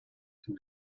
can